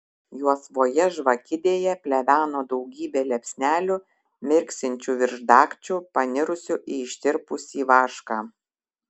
juosvoje žvakidėje pleveno daugybė liepsnelių mirksinčių virš dagčių panirusių į ištirpusį vašką